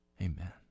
amen